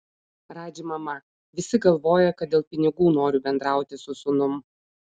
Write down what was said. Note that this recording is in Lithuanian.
radži mama visi galvoja kad dėl pinigų noriu bendrauti su sūnum